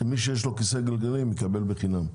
שמי שיש לו כיסא גלגלים יקבל בחינם.